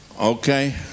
Okay